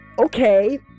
okay